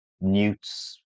newts